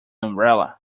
umbrella